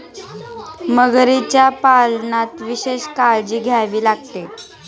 मगरीच्या पालनात विशेष काळजी घ्यावी लागते